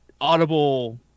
audible